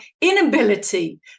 inability